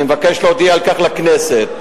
אני מבקש להודיע על כך לכנסת.